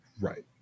Right